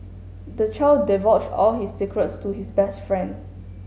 the child divulged all his secrets to his best friend